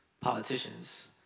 politicians